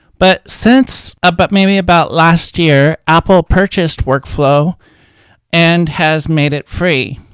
but since ah but maybe about last year, apple purchased workflow and has made it free.